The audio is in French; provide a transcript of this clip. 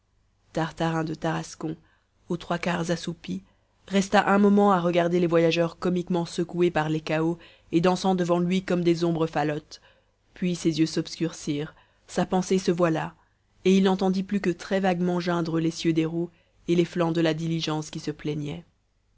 tartarin de tarascon aux trois quarts assoupi resta un moment à regarder les voyageurs comiquement secoués par les cahots et dansant devant lui comme des ombres falottes puis ses yeux s'obscurcirent sa pensée se voila et il n'entendit plus que très vaguement geindre l'essieu des roues et les flancs de la diligence qui se plaignaient